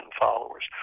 followers